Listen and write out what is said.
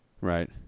Right